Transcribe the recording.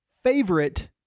favorite